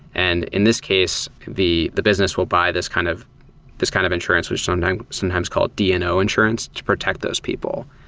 and in this case, the the business will buy this kind of this kind of insurance which so is sometimes called dno insurance to protect those people.